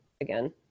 again